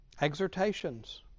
Exhortations